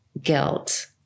guilt